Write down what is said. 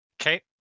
Okay